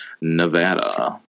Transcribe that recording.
Nevada